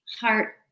heart